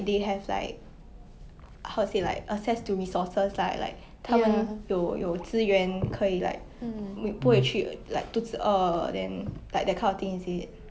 I think for some country it's like money it's just it's just a tool for them to get what they really need whereas for singapore 我们